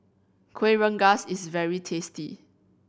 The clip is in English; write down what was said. Kuih Rengas is very tasty